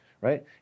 right